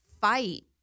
fight